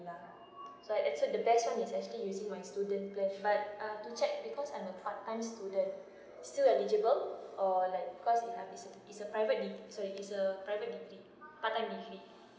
ya so that's why the best one is actually is using my student plan but uh to check because I'm a part-time student still eligible or like because is is a private de~ sorry is a private degree part-time degree